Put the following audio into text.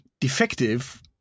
defective